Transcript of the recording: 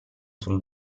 sul